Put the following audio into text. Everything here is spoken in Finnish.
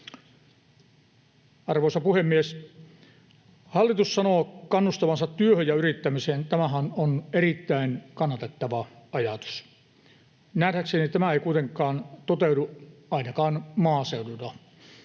Arvoisa puhemies! Hallitus sanoo kannustavansa työhön ja yrittämiseen, ja tämähän on erittäin kannatettava ajatus. Nähdäkseni tämä ei kuitenkaan toteudu ainakaan maaseudulla.